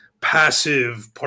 passive